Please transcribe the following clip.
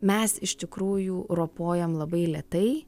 mes iš tikrųjų ropojam labai lėtai